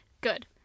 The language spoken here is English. Good